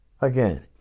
again